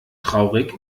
traurig